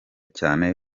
cyane